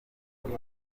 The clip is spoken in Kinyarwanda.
uba